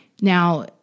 Now